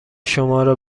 شمارا